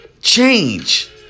change